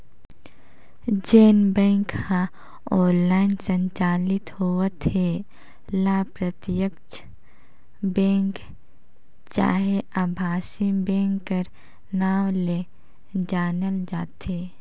जेन बेंक ह ऑनलाईन संचालित होवत हे ल प्रत्यक्छ बेंक चहे अभासी बेंक कर नांव ले जानल जाथे